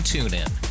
TuneIn